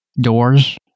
doors